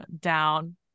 down